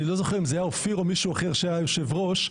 אני לא זוכר אם זה היה אופיר או מישהו אחר שהיה יושב ראש,